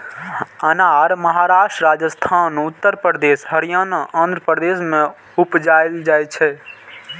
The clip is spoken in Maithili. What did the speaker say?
अनार महाराष्ट्र, राजस्थान, उत्तर प्रदेश, हरियाणा, आंध्र प्रदेश मे उपजाएल जाइ छै